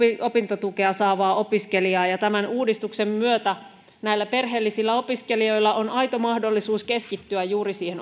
opintotukea saavaa opiskelijaa ja uudistuksen myötä näillä perheellisillä opiskelijoilla on aito mahdollisuus keskittyä juuri siihen